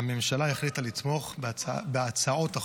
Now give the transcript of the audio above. הממשלה החליטה לתמוך בהצעות החוק.